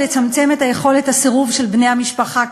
לצמצם את יכולת הסירוב של בני המשפחה,